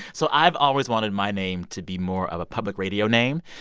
so i've always wanted my name to be more of a public radio name.